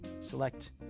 Select